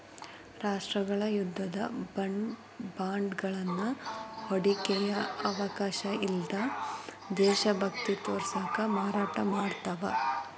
ರಾಷ್ಟ್ರಗಳ ಯುದ್ಧದ ಬಾಂಡ್ಗಳನ್ನ ಹೂಡಿಕೆಯ ಅವಕಾಶ ಅಲ್ಲ್ದ ದೇಶಭಕ್ತಿ ತೋರ್ಸಕ ಮಾರಾಟ ಮಾಡ್ತಾವ